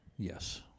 Yes